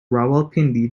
rawalpindi